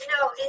No